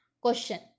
Question